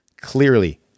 Clearly